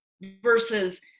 versus